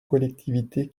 collectivités